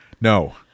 No